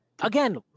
again